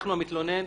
אנחנו המתלונן,